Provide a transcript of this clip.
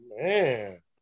man